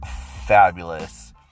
fabulous